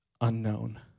Unknown